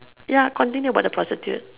ya continue about the prostitute